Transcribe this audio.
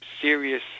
serious